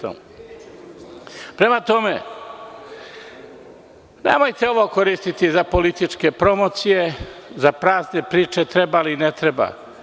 Prema tome, nemojte ovo koristiti za političke promocije, za prazne priče treba ili ne treba.